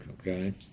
okay